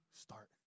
start